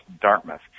Dartmouth